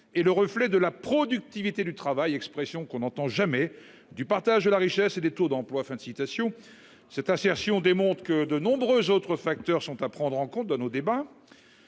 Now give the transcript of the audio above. est le reflet de la productivité du travail expression qu'on n'entend jamais du partage de la richesse et des taux d'emploi, fin de citation. Cette assertion démontre que de nombreuses autres facteurs sont à prendre en compte dans nos débats.